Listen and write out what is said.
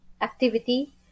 activity